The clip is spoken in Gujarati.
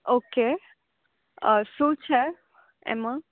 ઓકે શું છે એમાં